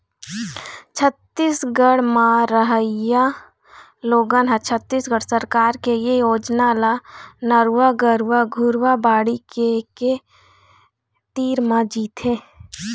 छत्तीसगढ़ म रहइया लोगन ह छत्तीसगढ़ सरकार के ए योजना ल नरूवा, गरूवा, घुरूवा, बाड़ी के के तीर म जीथे